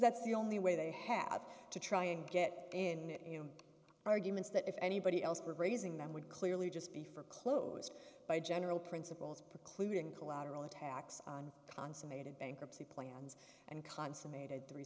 that's the only way they have to try and get in arguments that if anybody else were raising them would clearly just be for closed by general principles precluding collateral attacks on consummated bankruptcy plans and consummated three